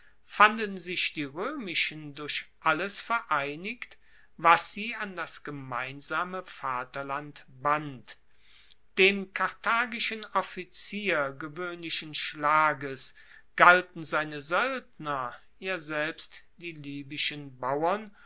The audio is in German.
fanden sich die roemischen durch alles vereinigt was sie an das gemeinsame vaterland band dem karthagischen offizier gewoehnlichen schlages galten seine soeldner ja selbst die libyschen bauern